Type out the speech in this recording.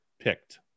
picked